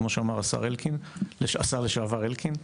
כמו שאמר השר לשעבר אלקין,